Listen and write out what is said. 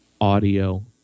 audio